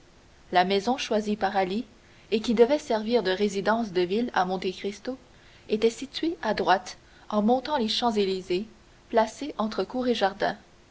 la maison choisie par ali et qui devait servir de résidence de ville à monte cristo était située à droite en montant les champs-élysées placée entre cour et jardin